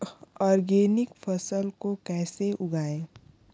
Organic फसल को कैसे उगाएँ?